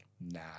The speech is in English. nah